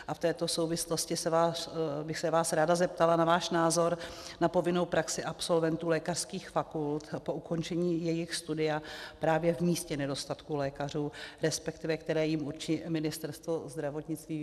V této souvislosti bych se vás ráda zeptala na váš názor na povinnou praxi absolventů lékařských fakult po ukončení jejich studia právě v místě nedostatku lékařů, resp. které jim určí Ministerstvo zdravotnictví.